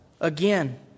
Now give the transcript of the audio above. again